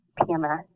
PMS